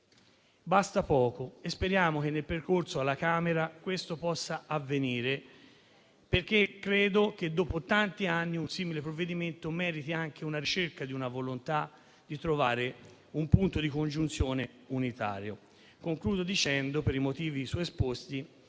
basti poco. Speriamo che nel percorso alla Camera questo possa avvenire, perché credo che dopo tanti anni un simile provvedimento meriti anche la ricerca di una volontà di trovare un punto di congiunzione unitario. Per i motivi su esposti,